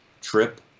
trip